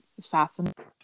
fascinating